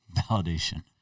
validation